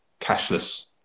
cashless